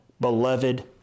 beloved